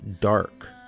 dark